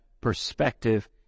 perspective